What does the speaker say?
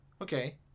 okay